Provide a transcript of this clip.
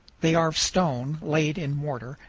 they are of stone laid in mortar,